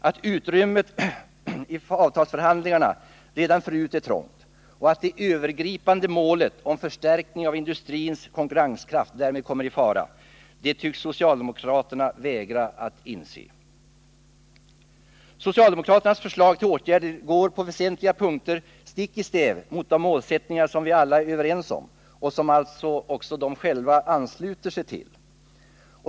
Att utrymmet i avtalsför handlingarna redan förut är trångt och att det övergripande målet om förstärkning av industrins konkurrenskraft därmed kommer i fara tycks socialdemokraterna vägra att inse. Socialdemokraternas förslag till åtgärder går på väsentliga punkter stick i stäv med de målsättningar vi alla är överens om och som de alltså själva ansluter sig till.